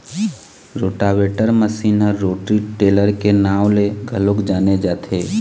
rotavator machine ह rotary tiller के नांव ले घलोक जाने जाथे